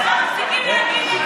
הם לא מפסיקים להגיד את זה.